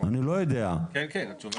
התשובה היא כן.